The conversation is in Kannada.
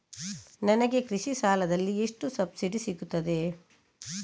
ನನಗೆ ಕೃಷಿ ಸಾಲದಲ್ಲಿ ಎಷ್ಟು ಸಬ್ಸಿಡಿ ಸೀಗುತ್ತದೆ?